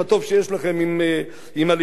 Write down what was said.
הליכוד, אתם יכולים לפנות אליהם.